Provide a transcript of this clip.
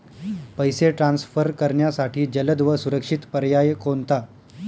पैसे ट्रान्सफर करण्यासाठी जलद व सुरक्षित पर्याय कोणता?